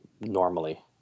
normally